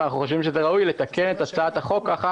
ואנחנו חושבים שראוי לתקן את הצעת החוק ככה